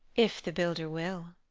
if the builder will.